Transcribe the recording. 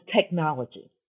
technology